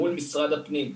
מול משרד הפנים.